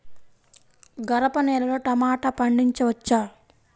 గరపనేలలో టమాటా పండించవచ్చా?